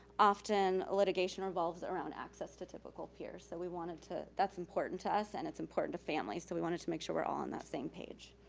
often, litigation revolves around access to typical peers, so we wanted to, that's important to us and it's important to families, so we wanted to make sure we're all on that same page.